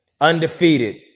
undefeated